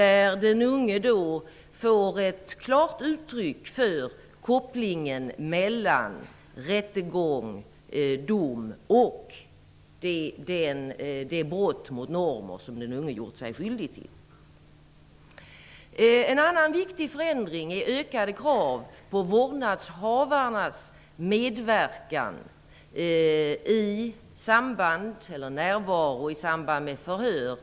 Den unge skall få ett klart uttryck för kopplingen mellan rättegång, dom och det brott mot normer som den unge har gjort sig skyldig till. En annan viktig förändring är ökade krav på vårdnadshavarnas medverkan och närvaro i samband med förhör.